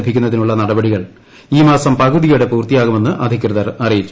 ലഭിക്കുന്നതിനുള്ള നടപടികൾ ഈ മാസം പകുതിയോടെ പൂർത്തിയാകുമെന്ന് അധികൃതർ അറിയിച്ചു